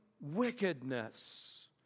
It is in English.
wickedness